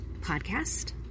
podcast